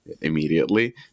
immediately